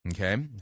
okay